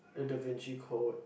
the Da-Vinci Code